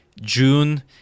june